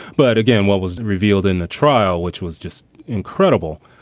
but again, what was revealed in the trial, which was just incredible,